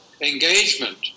engagement